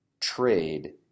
trade